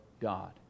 God